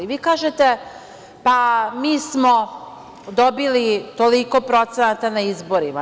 Vi kažete – pa, mi smo dobili toliko procenata na izborima.